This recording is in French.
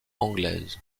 anglaise